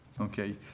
Okay